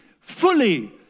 Fully